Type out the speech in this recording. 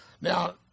Now